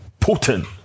Putin